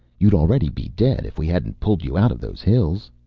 you'd already be dead, if we hadn't pulled you out of those hills.